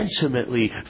intimately